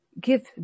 give